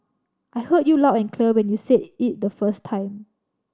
I heard you loud and clear when you said it the first time